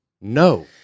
No